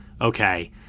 okay